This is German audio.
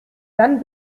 dann